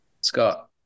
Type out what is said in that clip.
Scott